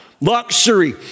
Luxury